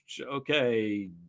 okay